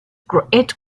grade